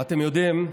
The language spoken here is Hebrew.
אתם יודעים,